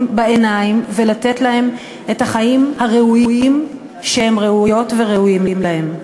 בעיניים ולתת להם את החיים הראויים שהם ראויות וראויים להם.